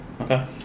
Okay